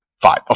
Five